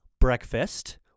breakfast